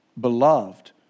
Beloved